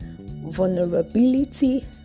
vulnerability